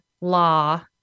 law